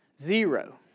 Zero